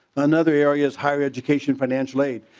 another area is high education financial aid.